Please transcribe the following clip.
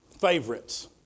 favorites